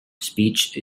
speech